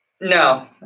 no